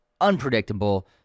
Unpredictable